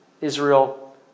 Israel